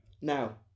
Now